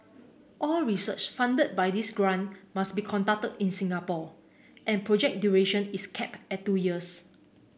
all research funded by this grant must be conducted in Singapore and project duration is cap at two years